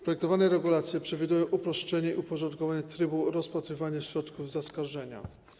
Projektowane regulacje przewidują uproszczenie i uporządkowanie trybu rozpatrywania środków zaskarżenia.